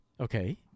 Okay